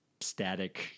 static